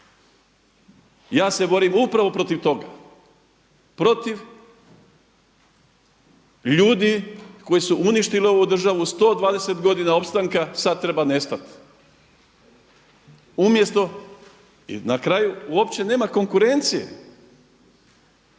Ja se borim upravo protiv toga, protiv ljudi koji su uništili ovu državu, 120 godina opstanka, sada treba nestati umjesto, i na kraju, uopće nema konkurencije,